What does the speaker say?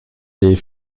des